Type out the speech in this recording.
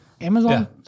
Amazon